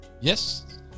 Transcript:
Yes